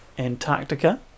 Antarctica